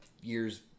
years